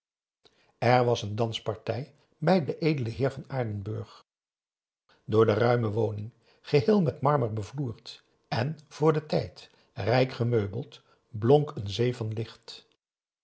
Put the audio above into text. er was een danspartij bij den edelen heer van aardenburg door de ruime woning geheel met marmer bevloerd en voor den tijd rijk gemeubeld blonk een zee van licht